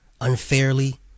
Unfairly